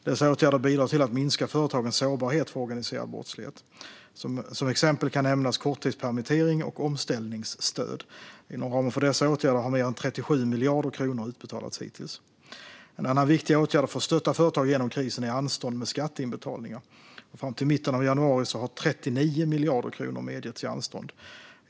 Dessa åtgärder bidrar till att minska företagens sårbarhet för organiserad brottslighet. Som exempel kan nämnas korttidspermittering och omställningsstöd. Inom ramen för dessa åtgärder har mer än 37 miljarder kronor utbetalats hittills. En annan viktig åtgärd för att stötta företag genom krisen är anstånd med skatteinbetalningar. Fram till mitten av januari har 39 miljarder kronor medgetts i anstånd.